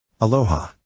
Aloha